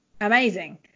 amazing